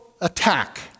attack